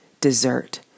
dessert